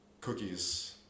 Cookies